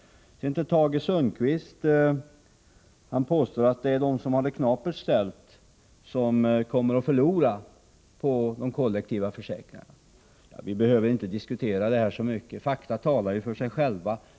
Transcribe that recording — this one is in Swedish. Tage Sundkvist påstår att det är de som har det knapert ställt som kommer att förlora på de kollektiva försäkringarna. Vi behöver egentligen inte diskutera den saken, därför att fakta talar för sig själva.